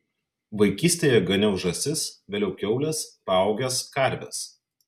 vaikystėje ganiau žąsis vėliau kiaules paaugęs karves